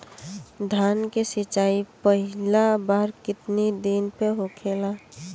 धान के सिचाई पहिला बार कितना दिन पे होखेला?